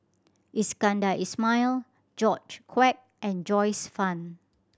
Iskandar Ismail George Quek and Joyce Fan